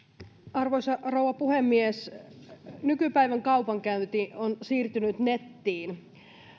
arvoisa rouva puhemies nykypäivän kaupankäynti on siirtynyt nettiin